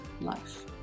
life